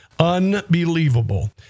Unbelievable